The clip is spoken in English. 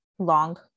long